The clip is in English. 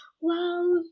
wow